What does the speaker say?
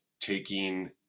taking